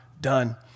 done